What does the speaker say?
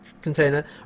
container